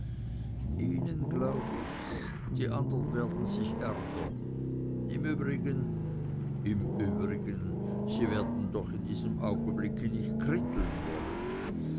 ihnen glaub ich's die anderen werden sich ärgern im übrigen im übrigen sie werden doch in diesem augenblick nicht kritteln wollen